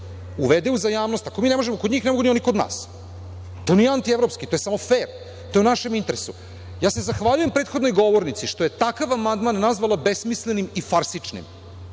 uvede uzajamnost, ako mi ne možemo kod njih, ne mogu ni oni kod nas. To nije antievropski, to je samo fer, to je u našem interesu. Zahvaljujem se prethodnoj govornici što je takav amandman nazvala besmislenim i farsičnim.